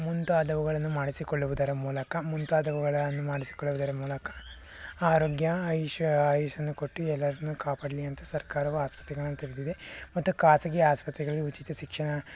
ಮುಂತಾದವುಗಳನ್ನು ಮಾಡಿಸಿಕೊಳ್ಳುವುದರ ಮೂಲಕ ಮುಂತಾದವುಗಳನ್ನು ಮಾಡಿಸಿಕೊಳ್ಳುವುದರ ಮೂಲಕ ಆರೋಗ್ಯ ಆಯುಷ್ ಆಯುಷನ್ನು ಕೊಟ್ಟು ಎಲ್ರನ್ನೂ ಕಾಪಾಡಲಿ ಅಂತ ಸರ್ಕಾರವು ಆಸ್ಪತ್ರೆಗಳನ್ನು ತೆರೆದಿದೆ ಮತ್ತು ಖಾಸಗಿ ಆಸ್ಪತ್ರೆಗಳಲ್ಲಿ ಉಚಿತ ಶಿಕ್ಷಣ